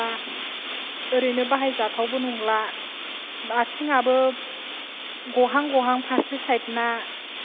माबा ओरैनो बाहाय जाथावबो नंला आथिं आबो गहां गहां फार्से साइद